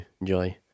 enjoy